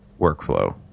workflow